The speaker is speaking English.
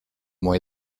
why